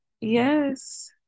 yes